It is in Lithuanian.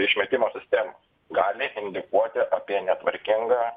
išmetimo sistemos gali indikuoti apie netvarkingą